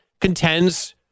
contends